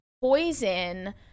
poison